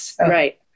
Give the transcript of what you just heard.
right